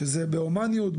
שזה בהומניות,